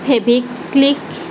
Fevicryl